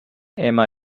emma